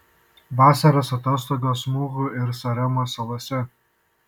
vasaros atostogos muhu ir saremos salose